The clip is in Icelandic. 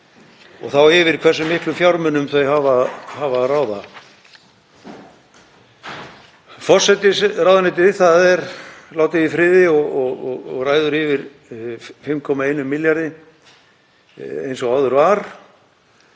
og yfir hversu miklum fjármunum þau hafa að ráða. Forsætisráðuneytið er látið í friði og ræður yfir 5,1 milljarði eins og áður var.